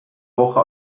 woche